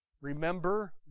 remember